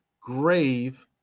grave